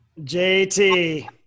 JT